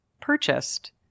purchased